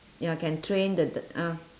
ya can train the the uh